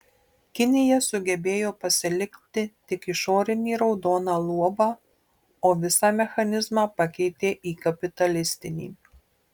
kinija sugebėjo pasilikti tik išorinį raudoną luobą o visą mechanizmą pakeitė į kapitalistinį